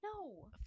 no